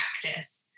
practice